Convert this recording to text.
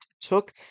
took